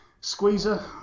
Squeezer